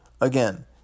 Again